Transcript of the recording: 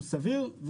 הוא סביר.